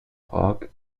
prag